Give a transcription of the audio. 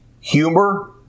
humor